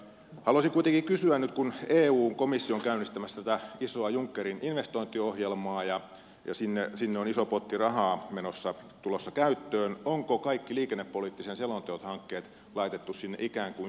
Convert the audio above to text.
haluaisin kuitenkin kysyä nyt kun eun komissio on käynnistämässä tätä isoa junckerin investointiohjelmaa ja sinne on iso potti rahaa tulossa käyttöön onko kaikki liikennepoliittisen selonteon hankkeet laitettu sinne ikään kuin sisään